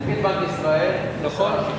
נגיד בנק ישראל ושר השיכון.